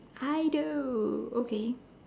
I do okay